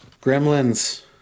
Gremlins